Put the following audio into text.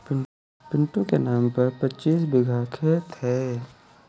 पिंटू के नाम पर पच्चीस बीघा खेत है